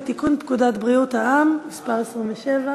ההצעה התקבלה